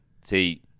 see